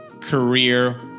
Career